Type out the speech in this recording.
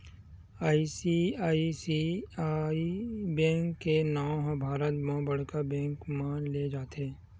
ICICI bank के नांव ह भारत म बड़का बेंक म लेय जाथे